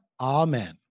Amen